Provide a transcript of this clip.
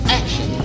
action